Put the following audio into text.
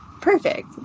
perfect